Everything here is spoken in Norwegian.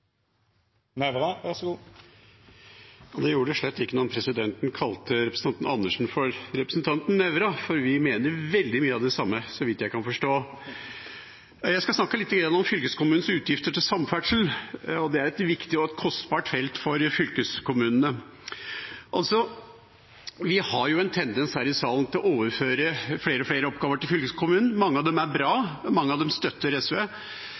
for vi mener veldig mye av det samme, så vidt jeg kan forstå. Jeg skal igjen snakke litt om fylkeskommunenes utgifter til samferdsel. Det er et viktig og kostbart felt for fylkeskommunene. Vi har en tendens her i salen til å overføre flere og flere oppgaver til fylkeskommunen. Mange av dem er bra, mange av dem støtter SV,